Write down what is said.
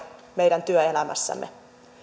meidän työelämässämme